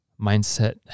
mindset